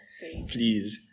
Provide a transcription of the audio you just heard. please